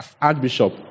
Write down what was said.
Archbishop